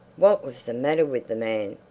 what was the matter with the man?